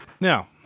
Now